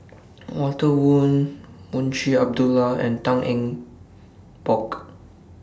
Walter Woon Munshi Abdullah and Tan Eng Bock